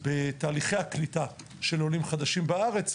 בתהליכי הקליטה של עולים חדשים בארץ,